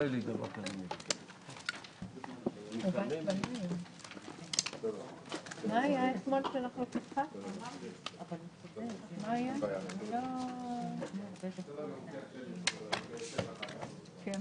הישיבה ננעלה בשעה 10:08.